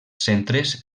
centres